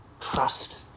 trust